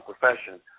profession